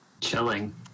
Chilling